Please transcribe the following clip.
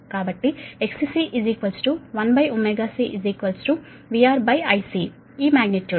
కాబట్టి XC 1ωC VRIC ఈ magnitude